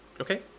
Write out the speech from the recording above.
Okay